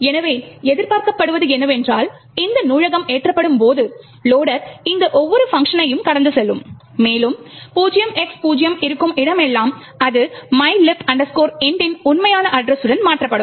எனவே எதிர்பார்க்கப்படுவது என்னவென்றால் இந்த நூலகம் ஏற்றப்படும்போது லொடர் இந்த ஒவ்வொரு பங்க்ஷனையும் கடந்து செல்லும் மேலும் 0X0 இருக்கும் இடமெல்லாம் அது mylib int இன் உண்மையான அட்ரஸுடன் மாற்றப்படும்